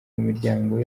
imiryango